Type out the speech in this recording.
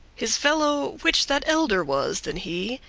his fellow, which that elder was than he,